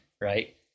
Right